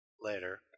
later